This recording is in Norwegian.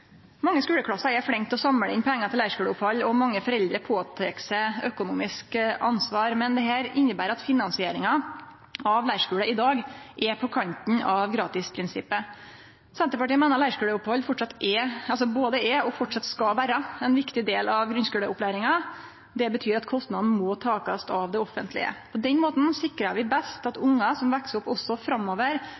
å samle inn pengar til leirskuleopphald, og mange foreldre tek på seg økonomisk ansvar. Men dette inneber at finansieringa av leirskule i dag er på kanten av gratisprinsippet. Senterpartiet meiner leirskuleopphald både er og framleis skal vere ein viktig del av grunnskuleopplæringa. Det betyr at kostnaden må takast av det offentlege. På den måten sikrar vi best at ungar som veks opp også framover,